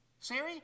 Siri